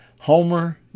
Homer